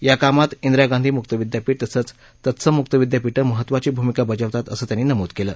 या कामात इंदिरा गांधी मुक्त विद्यापीठ तसंच तत्सम मुक्त विद्यापीठं महत्त्वाची भूमिका बजावतात असंही त्यांनी नमूद केलं